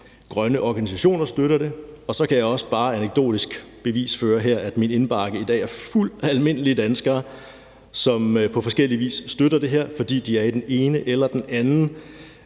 grønne organisationer støtter det. Og så kan jeg også bare anekdotisk bevisføre her, at min indbakke i dag er fuld af beskeder fra almindelige danskere, som på forskellig vis støtter det her, fordi de er i den ene eller den anden